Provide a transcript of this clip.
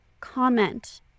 comment